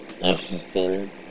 interesting